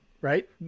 right